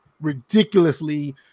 ridiculously